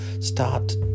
start